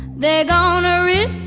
they gonna rip